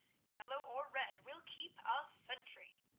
yellow or red, will keep a century.